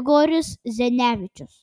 igoris zenevičius